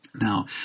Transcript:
Now